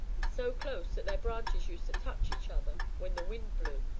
so close that their branches used to touch each other when the wind blew,